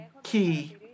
Key